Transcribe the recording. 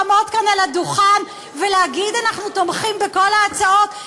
לעמוד כאן על הדוכן ולהגיד: אנחנו תומכים בכל ההצעות,